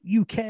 uk